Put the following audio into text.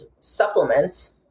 supplements